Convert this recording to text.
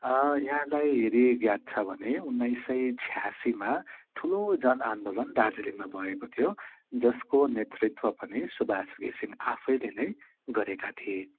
यहाँहरूलाई यदि याद छ भने उन्नाइसौँ छ्यासीमा ठुलो जनआन्दोलन दार्जिलिङमा भएको थियो जसको नेतृत्व पनि सुबास घिसिङ आफैले नै गरेका थिए